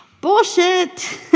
bullshit